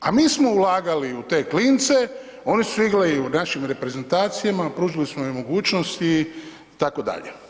A mi smo ulagali u te klince, oni su igrali u našim reprezentacijama, pružili smo im mogućnost itd.